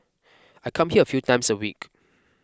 I come here a few times a week